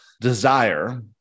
desire